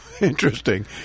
Interesting